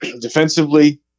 defensively